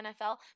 NFL